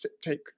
take